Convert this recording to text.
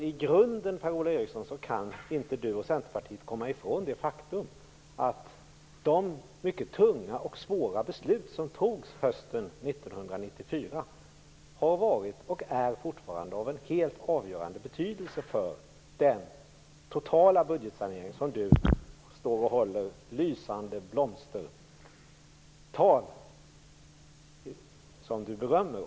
I grunden kan Per-Ola Eriksson och Centerpartiet inte komma ifrån faktum att de mycket tunga och svåra beslut som fattades hösten 1994 har varit och är fortfarande av en helt avgörande betydelse för den totala budgetsanering som Per-Ola Eriksson håller lysande blomstertal för.